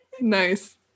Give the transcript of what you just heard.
Nice